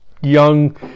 young